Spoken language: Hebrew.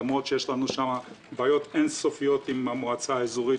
למרות שיש לנו שם בעיות אין סופיות עם המועצה האזורית